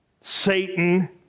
Satan